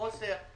בחוסר.